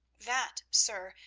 that, sir,